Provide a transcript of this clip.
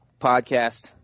podcast